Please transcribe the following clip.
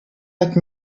like